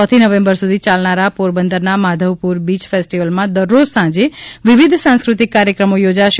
ચોથી નવેમ્બર સુધી ચાલનાર પોરબંદરના માધવપુર બીચ ફેસ્ટીવલમાં દરરોજ સાંજે વિવિધ સાંસ્કૃતિ કાર્યક્રમો યોજાશે